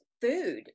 food